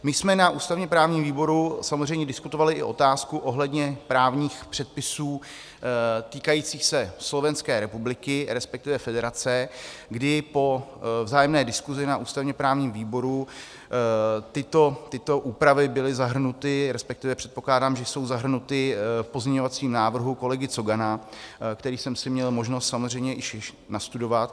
My jsme na ústavněprávním výboru samozřejmě diskutovali i otázku ohledně právních předpisů týkajících se Slovenské republiky, respektive federace, kdy po vzájemné diskusi na ústavněprávním výboru tyto úpravy byly zahrnuty, respektive předpokládám, že jsou zahrnuty v pozměňovacím návrhu kolegy Cogana, který jsem si měl možnost samozřejmě již nastudovat.